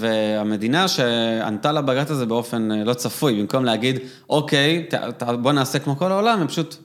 והמדינה שענתה לבגץ הזה באופן לא צפוי, במקום להגיד, אוקיי, בוא נעשה כמו כל העולם, הם פשוט...